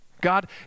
God